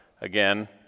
Again